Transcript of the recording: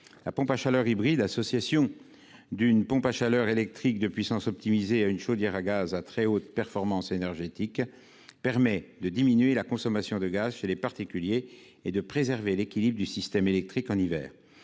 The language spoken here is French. La pompe à chaleur hybride, association d'une pompe à chaleur électrique de puissance optimisée à une chaudière gaz à très haute performance énergétique, permet de diminuer la consommation de gaz chez les particuliers et de préserver l'équilibre du système électrique en hiver.